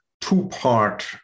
two-part